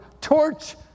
torch